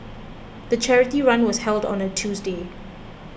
the charity run was held on a Tuesday